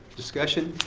discussion?